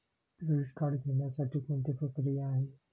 Credit card घेण्यासाठी कोणती प्रक्रिया आहे?